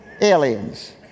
aliens